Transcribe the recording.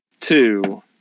Two